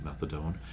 methadone